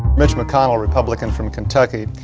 mitch mcconnell, republican from kentucky.